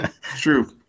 true